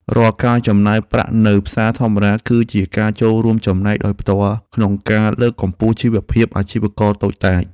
រាល់ការចំណាយប្រាក់នៅផ្សារធម្មតាគឺជាការចូលរួមចំណែកដោយផ្ទាល់ក្នុងការលើកកម្ពស់ជីវភាពអាជីវករតូចតាច។